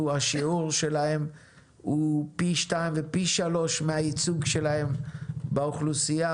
השיעור שלהם הוא פי שתיים ופי שלוש מהייצוג שלהם באוכלוסייה.